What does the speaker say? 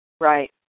Right